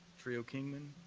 treo kingman,